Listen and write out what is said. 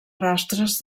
rastres